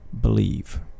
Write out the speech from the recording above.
believe